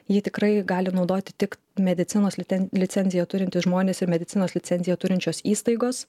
jį tikrai gali naudoti tik medicinos liten licenciją turintys žmonės ir medicinos licenciją turinčios įstaigos